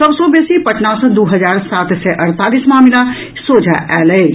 सभ सँ बेसी पटना सँ दू हजार सात सय अड़तालीस मामिला सोझा आयल अछि